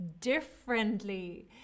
differently